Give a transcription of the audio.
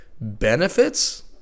benefits